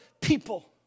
people